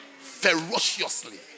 ferociously